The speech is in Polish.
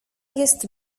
jest